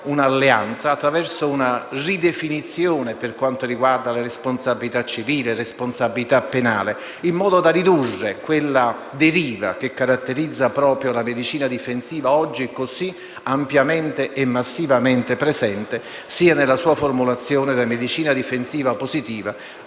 un'alleanza attraverso una ridefinizione per quanto riguarda la responsabilità civile e penale, in modo da ridurre quella deriva che caratterizza proprio la medicina difensiva oggi è ampiamente e massivamente presente sia nella formulazione della medicina difensiva positiva